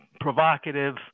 provocative